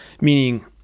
meaning